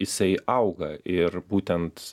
jisai auga ir būtent